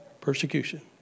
persecution